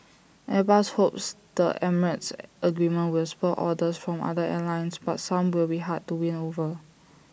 airbus hopes the emirates agreement will spur orders from other airlines but some will be hard to win over